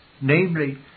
namely